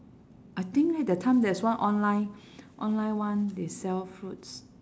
I think leh that time there's one online online one they sell fruits